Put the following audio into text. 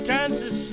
Kansas